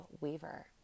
weaver